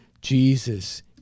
Jesus